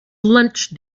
lunch